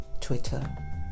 Twitter